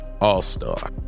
all-star